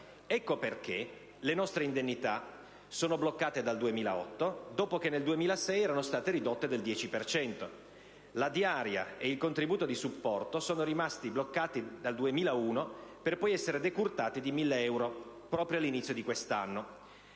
Ecco perché le nostre indennità sono bloccate dal 2008, dopo che nel 2006 erano state ridotte del 10 per cento. La diaria e il contributo di supporto sono rimasti bloccati dal 2001 per poi essere decurtati di mille euro al mese proprio all'inizio di quest'anno.